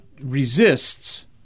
resists